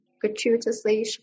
gratuitously